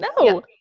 no